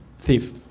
Thief